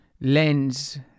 lens